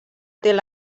tel